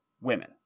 women